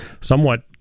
somewhat